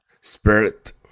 Spirit